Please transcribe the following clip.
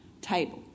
table